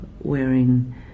wearing